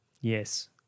Yes